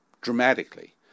dramatically